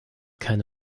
keine